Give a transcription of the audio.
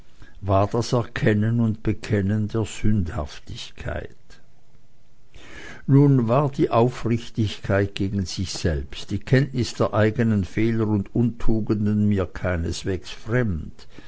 war das erkennen und bekennen der sündhaftigkeit nun war die aufrichtigkeit gegen sich selbst die kenntnis der eigenen fehler und untugenden mir keineswegs fremd